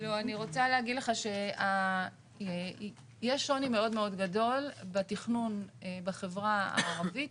אני רוצה להגיד לך שיש שוני מאוד מאוד גדול בתכנון בחברה הערבית